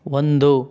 ಒಂದು